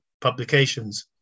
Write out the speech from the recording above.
Publications